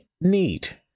Neat